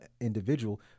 individual